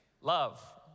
Love